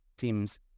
seems